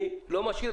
אני לא משאיר